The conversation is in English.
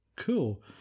Cool